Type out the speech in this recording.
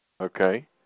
Okay